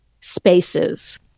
spaces